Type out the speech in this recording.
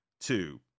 two